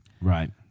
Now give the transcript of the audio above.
Right